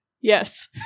Yes